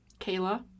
Kayla